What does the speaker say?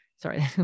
sorry